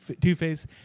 Two-Face